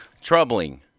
troubling